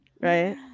right